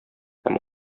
һәм